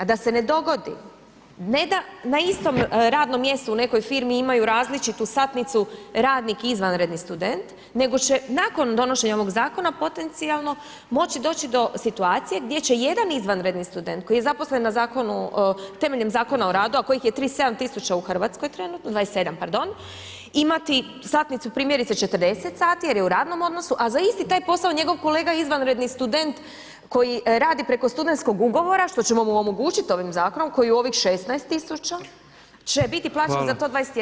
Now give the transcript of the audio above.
Da se ne dogodi, ne da istom radnom mjestu u nekoj firmi imaju različitu satnicu, radnik i izvanredni student, nego će nakon donošenja ovoga zakona, potencijalno moći doći do situacije gdje će jedan izvanredni student, koji je zaposlen temeljem Zakona o radu a kojih je 37 000 u Hrvatskoj trenutno, 27 pardon imati satnicu primjerice 40 sati jer je u radnom odnosu, a za isti taj posao njegov kolega izvanredni student koji radi preko studentskog ugovora, što ćemo mu omogućiti ovim zakonom, koji u ovih 16 000 će biti plaćen za to 21 kn.